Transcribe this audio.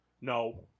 no